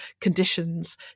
conditions